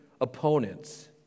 opponents